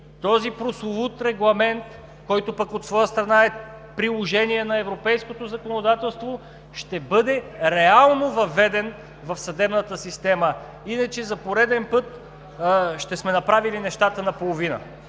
този прословут регламент, който пък от своя страна е приложение на европейското законодателство, ще бъде реално въведен в съдебната система. Иначе за пореден път ще сме направили нещата наполовина.